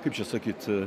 kaip čia sakyt